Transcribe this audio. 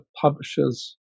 publishers